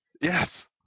Yes